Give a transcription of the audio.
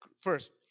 first